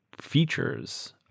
features